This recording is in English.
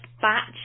batch